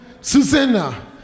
susanna